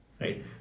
right